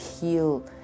heal